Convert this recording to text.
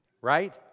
right